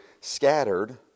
scattered